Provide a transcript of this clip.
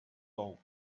old